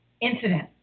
incident